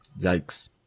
yikes